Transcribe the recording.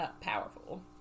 powerful